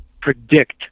predict